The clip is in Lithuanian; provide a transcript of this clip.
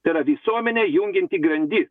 tai yra visuomenę jungianti grandis